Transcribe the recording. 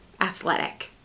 athletic